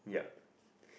yup